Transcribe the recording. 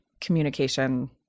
communication